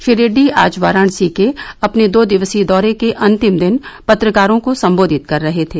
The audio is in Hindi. श्री रेड्डी आज वाराणसी के अपने दो दिवसीय दौरे को अंतिम दिन पत्रकारों को संबोधित कर रहे थे